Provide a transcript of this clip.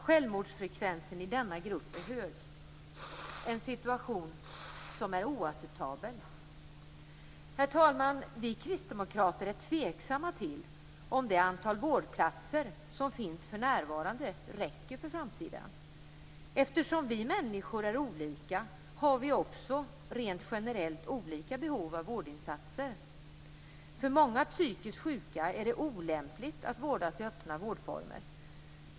Självmordsfrekvensen i denna grupp är hög, en situation som är oacceptabel. Herr talman! Vi kristdemokrater är tveksamma till om det antal vårdplatser som finns för närvarande räcker för framtiden. Eftersom vi människor är olika har vi också rent generellt olika behov av vårdinsatser. För många psykiskt sjuka är det olämpligt att vårdas i öppna vårdformer.